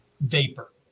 vapor